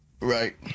Right